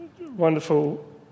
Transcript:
wonderful